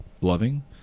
loving